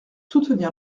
soutenir